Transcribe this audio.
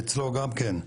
שאצלו גם כן,